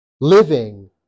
living